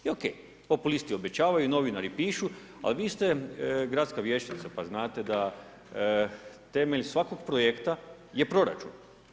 I ok, populisti obećavaju, novinari pišu ali vi ste gradska vijećnica pa znate da temelj svakog projekta je proračun.